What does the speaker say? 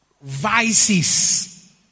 vices